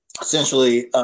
essentially